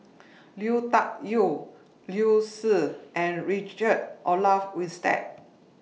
Lui Tuck Yew Liu Si and Richard Olaf Winstedt